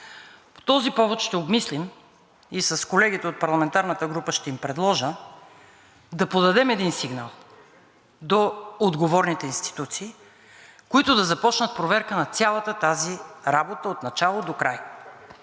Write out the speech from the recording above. този повод ще обмислим и с колегите от парламентарната група, ще им предложа да подадем един сигнал до отговорните институции, които да започнат проверка на цялата тази работа от начало до край